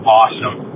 awesome